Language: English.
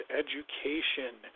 education